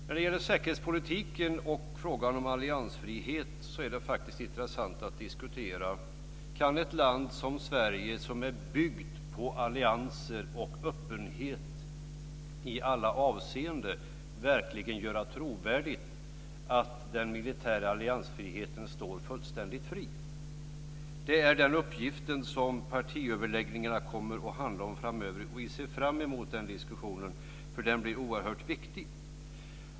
När det gäller säkerhetspolitiken och frågan om alliansfrihet är det intressant att diskutera en fråga: Kan ett land som Sverige, som är byggt på allianser och öppenhet i alla avseenden, verkligen göra trovärdigt att den militära alliansfriheten står fullständigt fri? Det är den uppgift som partiöverläggningarna kommer att handla om framöver, och vi ser fram emot den diskussionen eftersom den blir oerhört viktig.